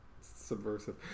subversive